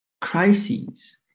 crises